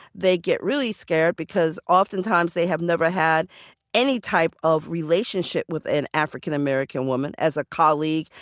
they get really scared because oftentimes they have never had any type of relationship with an african-american woman as a colleague,